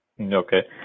Okay